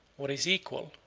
or his equal,